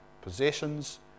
possessions